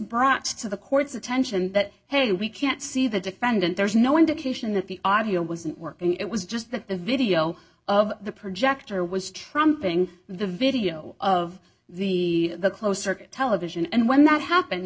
brought to the court's attention that hey we can't see the defendant there's no indication that the audio wasn't working it was just that the video of the projector was trumping the video of the close circuit television and when that happened